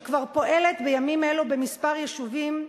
שכבר פועלת בימים אלה בכמה יישובים,